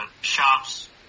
shops